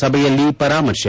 ಸಭೆಯಲ್ಲಿ ಪರಾಮರ್ಶೆ